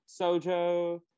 Sojo